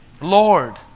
Lord